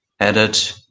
added